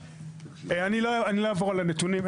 אני לא אעבור על הנתונים האלה,